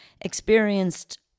experienced